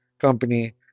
Company